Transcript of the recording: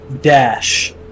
Dash